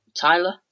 Tyler